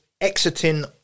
exiting